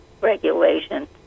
regulation